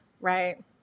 right